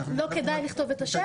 לא כדאי לכתוב את השם.